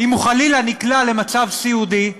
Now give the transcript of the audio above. אם הוא חלילה נקלע למצב סיעודי,